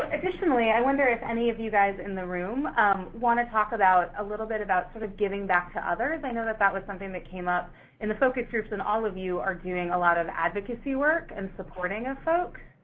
additionally, i wonder if any of you guys in the room wanna talk about a little bit about, sort of, giving back to others. i know that that was something that came up in the focus groups, and all of you are doing a lot of advocacy work and supporting of folk.